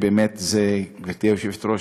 גברתי היושבת-ראש,